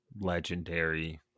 legendary